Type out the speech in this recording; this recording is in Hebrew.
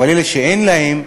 אבל אלה שאין להם,